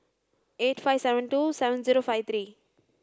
eight five seven two seven zero five three